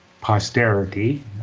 posterity